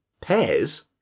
Pears